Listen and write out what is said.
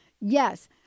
yes